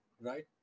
right